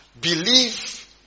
believe